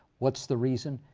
what's the reason?